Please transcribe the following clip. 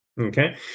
okay